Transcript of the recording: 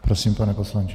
Prosím, pane poslanče.